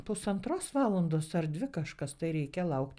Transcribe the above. pusantros valandos ar dvi kažkas tai reikia laukt